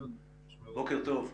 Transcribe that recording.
בוקר טוב.